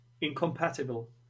incompatible